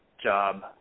Job